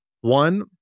One